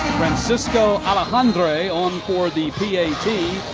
francisco alejandre on for the p a t.